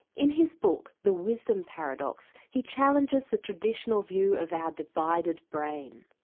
in his book the wisdom paradox he challenges the traditional view of our divided brain.